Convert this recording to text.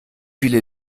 viele